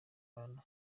ahantu